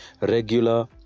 regular